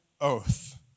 oath